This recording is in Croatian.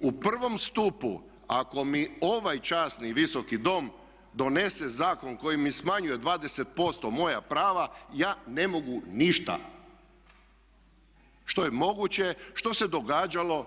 U prvom stupu ako mi ovaj časni i Visoki dom donese zakon koji mi smanjuje 20% moja prava ja ne mogu ništa, što je moguće, što se događalo,